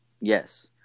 Yes